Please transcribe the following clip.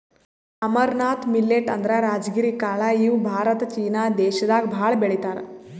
amaranth millet ಅಂದ್ರ ರಾಜಗಿರಿ ಕಾಳ್ ಇವ್ ಭಾರತ ಚೀನಾ ದೇಶದಾಗ್ ಭಾಳ್ ಬೆಳಿತಾರ್